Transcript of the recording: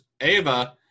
Ava